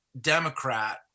Democrat